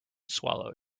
swallow